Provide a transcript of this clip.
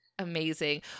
Amazing